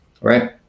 Right